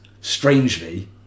strangely